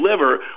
liver